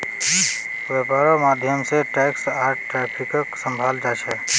वैपार्र माध्यम से टैक्स आर ट्रैफिकक सम्भलाल जा छे